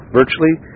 virtually